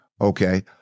Okay